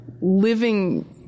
living